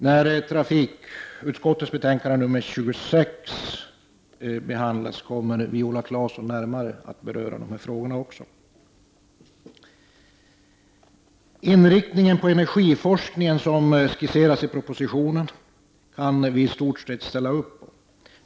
När trafikutskottets betänkande 26 behandlas kommer Viola Claesson att närmare beröra dessa frågor. Den inriktning på energiforskningen som skisseras i propositionen kan vi i vänsterpartiet i stort sett ställa oss bakom.